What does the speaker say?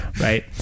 right